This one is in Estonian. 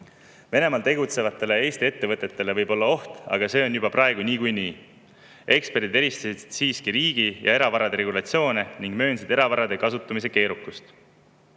Venemaal tegutsevatele Eesti ettevõtetele võib olla oht, aga see on niikuinii juba praegugi. Eksperdid eelistavad siiski riigi- ja eravarade regulatsioone ning möönsid eravarade kasutamise keerukust.